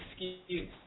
excuse